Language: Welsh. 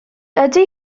ydy